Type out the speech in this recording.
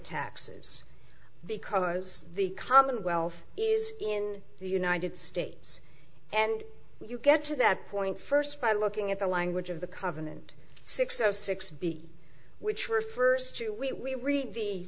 taxes because the commonwealth is in the united states and you get to that point first by looking at the language of the covenant sixth of six b which refers to we see the